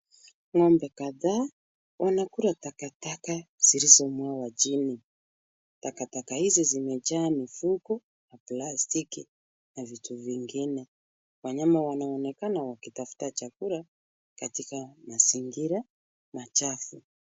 Ngo'mbe kadhaa wanakula takataka zilizo mwagwa chini. Takataka hizi zimejaa mifuko na plastiki na vitu vingine. Wanyama wanaonekana wakitafuta chakula katika mazingira machafu.